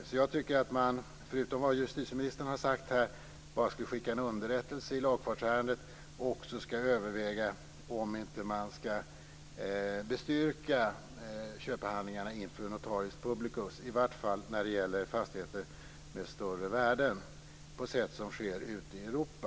Så jag tycker att man förutom vad justitieministern har sagt, att bara skicka en underrättelse i lagfartsärendet, också skall överväga om inte köpehandlingarna skall bestyrkas inför notarius publicus - i vart fall när det gäller fastigheter med större värde - på sätt som sker ute i Europa.